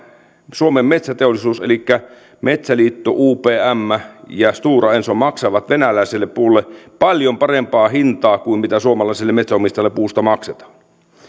suomen metsäteollisuus elikkä metsäliitto upm ja stora enso maksavat venäläiselle puulle paljon parempaa hintaa kuin suomalaiselle metsänomistajalle puusta maksetaan